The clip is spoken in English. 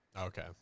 Okay